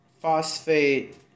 Phosphate